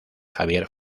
javier